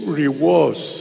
rewards